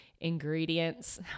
ingredients